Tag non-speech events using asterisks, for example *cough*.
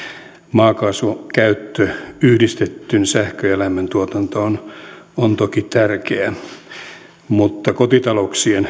maakaasun käyttö yhdistettyyn sähkön ja lämmön tuotantoon on toki tärkeä mutta niiden kotitalouksien *unintelligible*